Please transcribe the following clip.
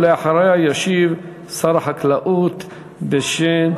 ואחריה ישיב שר החקלאות בשם,